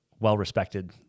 well-respected